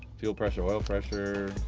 fuel pressure, oil pressure,